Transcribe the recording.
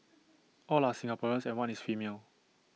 all are Singaporeans and one is female